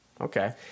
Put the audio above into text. Okay